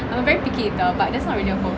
I'm a very picky eater but that's not really a